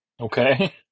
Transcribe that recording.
okay